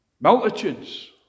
Multitudes